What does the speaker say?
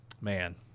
man